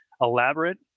elaborate